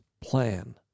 plan